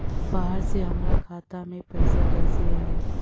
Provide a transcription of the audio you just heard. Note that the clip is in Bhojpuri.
बाहर से हमरा खाता में पैसा कैसे आई?